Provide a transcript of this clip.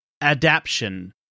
adaption